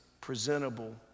presentable